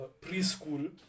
preschool